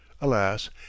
Alas